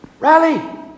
Rally